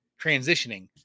transitioning